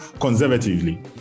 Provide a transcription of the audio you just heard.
conservatively